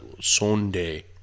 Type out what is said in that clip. sunday